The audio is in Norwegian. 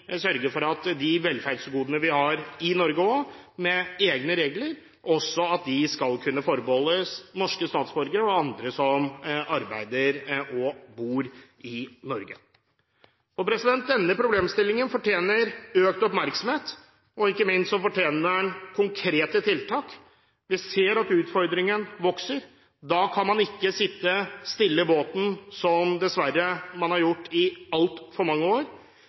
har i Norge, med egne regler, skal kunne forbeholdes norske statsborgere og andre som arbeider og bor i Norge. Denne problemstillingen fortjener økt oppmerksomhet. Ikke minst fortjener den konkrete tiltak. Vi ser at utfordringen vokser. Da kan man ikke sitte stille i båten, som man dessverre har gjort i altfor mange år.